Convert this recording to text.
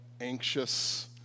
anxious